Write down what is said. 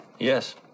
Yes